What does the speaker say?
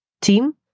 team